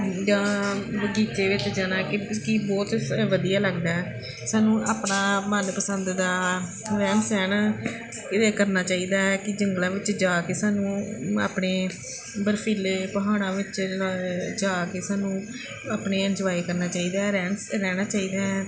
ਜਾਂ ਬਗੀਚੇ ਵਿੱਚ ਜਾਣਾ ਕਿ ਕਿ ਬਹੁਤ ਵਧੀਆ ਲੱਗਦਾ ਸਾਨੂੰ ਆਪਣਾ ਮਨ ਪਸੰਦ ਦਾ ਰਹਿਣ ਸਹਿਣ ਕਰਨਾ ਚਾਹੀਦਾ ਕਿ ਜੰਗਲਾਂ ਵਿੱਚ ਜਾ ਕੇ ਸਾਨੂੰ ਆਪਣੇ ਬਰਫੀਲੇ ਪਹਾੜਾ ਵਿੱਚ ਜਾ ਕੇ ਸਾਨੂੰ ਆਪਣਾ ਇੰਜੋਏ ਕਰਨਾ ਚਾਹੀਦਾ ਰਹਿਣ ਰਹਿਣਾ ਚਾਹੀਦਾ